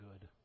good